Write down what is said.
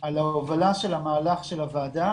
בהובלה של המהלך של הוועדה